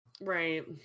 Right